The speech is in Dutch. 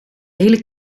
hele